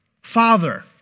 Father